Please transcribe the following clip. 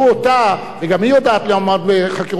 וגם היא יודעת לעמוד בחקירות שתי וערב,